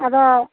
ᱟᱫᱚ